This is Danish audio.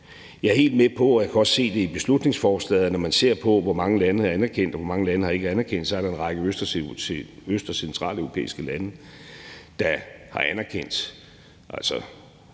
Jeg er helt med på, og jeg kan også se det i beslutningsforslaget, at når man ser på, hvor mange lande der har anerkendt det, og hvor mange lande der ikke har anerkendt det, så er der en række øst- og centraleuropæiske lande, der har anerkendt